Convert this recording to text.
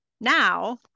Now